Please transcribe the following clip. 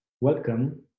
welcome